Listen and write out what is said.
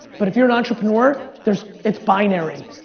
but if you're an entrepreneur, there's, it's binary,